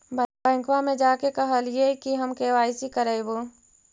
बैंकवा मे जा के कहलिऐ कि हम के.वाई.सी करईवो?